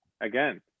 again